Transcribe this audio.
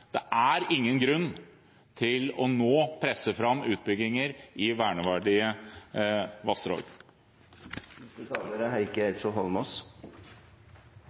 Det er ingen grunn til nå å presse fram utbygginger i verneverdige